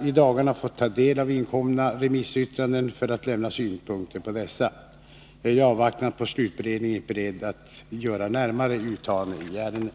i dagarna fått ta del av inkomna remissyttranden för att lämna synpunkter på dessa. Jag är i avvaktan på slutberedningen inte beredd att göra närmare uttalanden i ärendena.